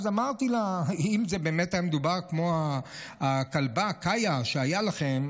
אז אמרתי לה: אם באמת היה מדובר בכלב כמו הכלבה קאיה שהייתה לכם,